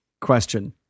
question